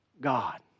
God